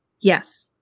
Yes